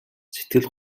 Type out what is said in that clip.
сэтгэл